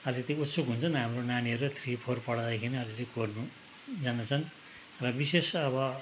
अलिकति उत्सुक हुन्छ नि हाम्रो नानीहरू थ्री फोर पढ्दादेखि नै अलिअलि कोर्नु जान्दछन् र विशेष त अब